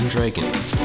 Dragons